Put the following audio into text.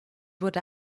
wurde